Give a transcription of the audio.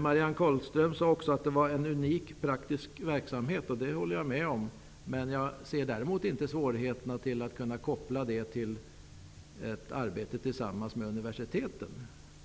Marianne Carlström sade också att det är en unik praktisk verksamhet. Det kan jag hålla med om. Men jag ser däremot inte svårigheten i att kunna koppla den till ett arbete tillsammans med universiteten.